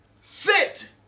Sit